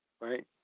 right